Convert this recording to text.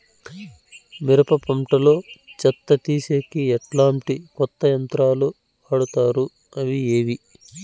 మిరప పంట లో చెత్త తీసేకి ఎట్లాంటి కొత్త యంత్రాలు వాడుతారు అవి ఏవి?